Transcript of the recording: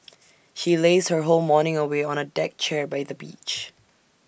she lazed her whole morning away on A deck chair by the beach